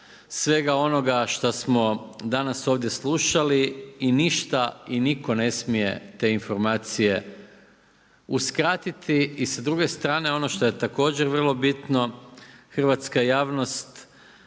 svega onoga šta smo danas ovdje slušali ništa i nitko ne smije te informacije uskratiti. I sa druge strane ono što je također vrlo bitno, hrvatska javnost